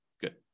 Good